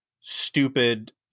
stupid